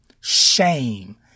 shame